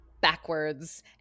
backwards